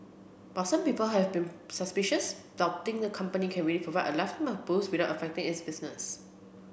but some people have been suspicious doubting the company can really provide a lifetime of booze without affecting its business